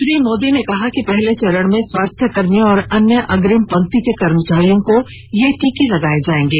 श्री मोदी ने कहा कि पहले चरण में स्वास्थ्यकर्मियों और अन्य अग्रिम पंक्ति के कर्मचारियों को ये टीके लगाए जाएंगे